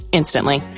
instantly